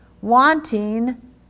wanting